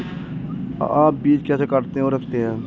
आप बीज कैसे काटते और रखते हैं?